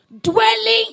Dwelling